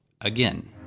again